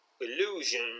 illusion